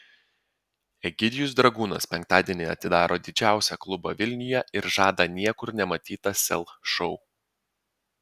egidijus dragūnas penktadienį atidaro didžiausią klubą vilniuje ir žada niekur nematytą sel šou